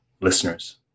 listeners